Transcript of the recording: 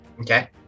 okay